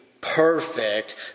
perfect